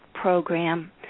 program